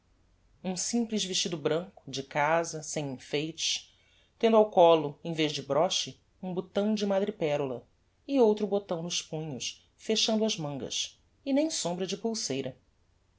um simples vestido branco de cassa sem enfeites tendo ao collo em vez de broche um botão de madreperola e outro botão nos punhos fechando as mangas e nem sombra de pulseira